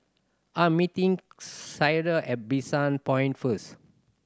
I am meeting Clyde at Bishan Point first